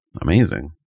amazing